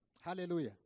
Hallelujah